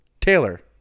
Taylor